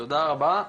תודה רבה,